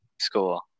school